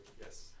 Yes